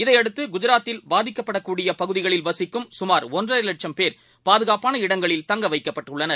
இதையடுத்துகுஜராத்தில்பாதிக்கப்படக்கூடியபகுதிகளில்வசிக்கும்சுமார்ஒன்றரைல ட்சம்பேர்பாதுகாப்பானஇடங்களில்தங்கவைக்கப்பட்டுள்ளனர்